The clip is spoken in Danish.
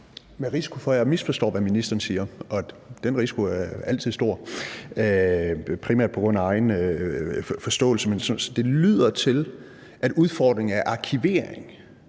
Med risiko for, at jeg misforstår, hvad ministeren siger – og den risiko er jo altid stor, primært på grund af egen forståelse – lyder det til, at udfordringen er arkiveringen,